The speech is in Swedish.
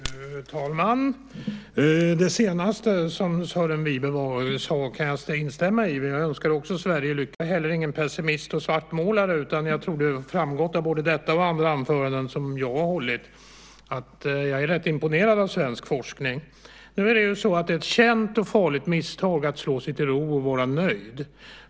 Fru talman! Det senaste som Sören Wibe sade kan jag instämma i. Jag önskar också Sverige lycka till! Jag är heller ingen pessimist och svartmålare, utan det torde ha framgått av både detta och andra anföranden som jag har hållit att jag är rätt imponerad av svensk forskning. Det är ett känt och farligt misstag att slå sig till ro och vara nöjd.